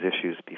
issues